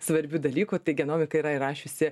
svarbių dalykų tai genomika yra įrašiusi